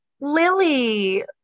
lily